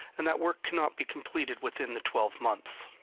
and that work cannot be completed within the twelve months.